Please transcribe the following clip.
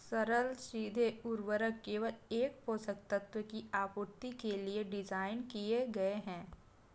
सरल सीधे उर्वरक केवल एक पोषक तत्व की आपूर्ति के लिए डिज़ाइन किए गए है